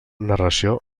narració